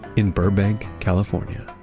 in burbank, california